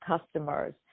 customers